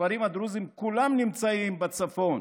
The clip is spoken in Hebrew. הכפרים הדרוזיים כולם נמצאים בצפון